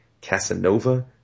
Casanova